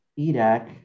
EDAC